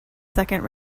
second